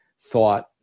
thought